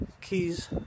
Keys